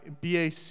BAC